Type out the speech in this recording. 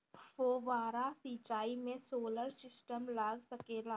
फौबारा सिचाई मै सोलर सिस्टम लाग सकेला?